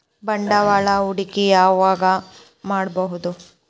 ಬಂಡವಾಳ ಹೂಡಕಿ ಯಾವಾಗ್ ಮಾಡ್ಬಹುದು?